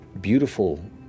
beautiful